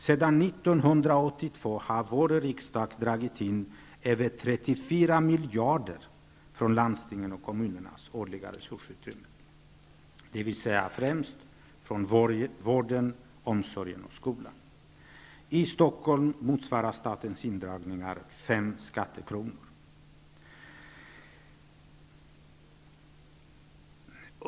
Sedan 1982 har vår riksdag dragit in över 34 miljarder från landstingens och kommunernas årliga resursutrymme, dvs. Stockholm motsvarar statens indragningar fem skattekronor.